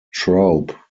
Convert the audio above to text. troupe